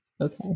Okay